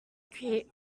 create